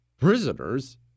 Prisoners